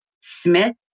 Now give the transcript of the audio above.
Smith